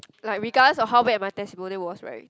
like regardless of how bad my testimonial was right